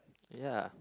ya